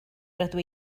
rydw